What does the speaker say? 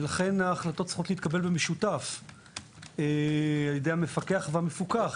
ולכן ההחלטות צריכות להתקבל במשותף על ידי המפקח והמפוקח,